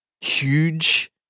huge